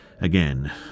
again